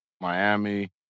Miami